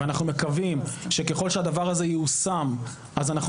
ואנחנו מקווים שככל שהדבר הזה ייושם אז אנחנו